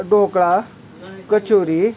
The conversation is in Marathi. ढोकळा कचोरी